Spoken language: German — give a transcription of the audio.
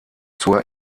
zur